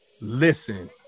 Listen